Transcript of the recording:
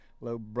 low